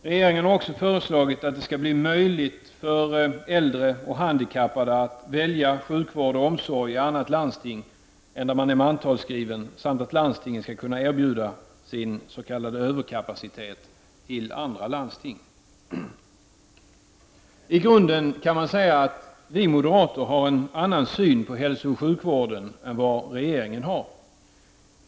Regeringen har också föreslagit att det skall bli möjligt för äldre och handikappade att välja sjukvård och omsorg i annat landsting än det där man är mantalsskriven samt att landstingen skall kunna erbjuda sin s.k. överkapacitet till andra landsting. I grunden kan man säga att vi moderater har en annan syn på hälsooch sjukvården än vad regeringen har.